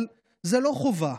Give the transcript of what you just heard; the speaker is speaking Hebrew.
זה לא חובה.